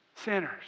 Sinners